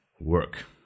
work